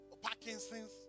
Parkinson's